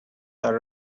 are